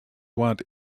want